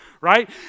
right